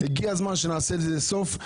הגיע הזמן שנעשה לזה סוף,